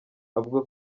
avuga